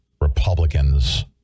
Republicans